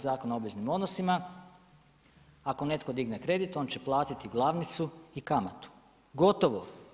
Zakona o obveznim odnosima: „Ako netko digne kredit on će platiti glavnicu i kamatu.“ Gotovo.